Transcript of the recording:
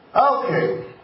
Okay